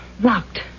Locked